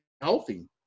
healthy